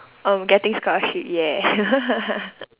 um getting scholarship ya